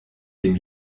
dem